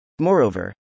Moreover